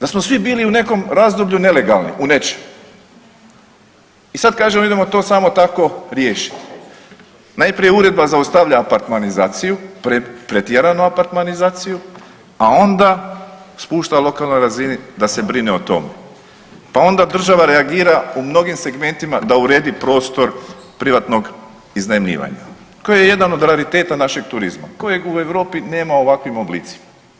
Da smo svi bili u nekom razdoblju nelegalni u nečem i sad kažemo idemo to samo tako riješit, najprije Uredba zaustavlja apartmanizaciju, pretjeranu apartmanizaciju a onda spušta lokalnoj razini da se brine o tome, pa onda država reagira u mnogim segmentima da uredi prostor privatnog iznajmljivanja koji je jedan od rariteta našeg turizma kojeg u Europi nema u ovakvim oblicima.